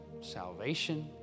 salvation